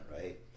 Right